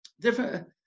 Different